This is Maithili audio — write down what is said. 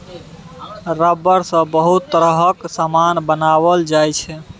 रबर सँ बहुत तरहक समान बनाओल जाइ छै